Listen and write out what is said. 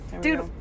dude